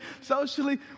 socially